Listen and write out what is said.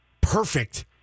perfect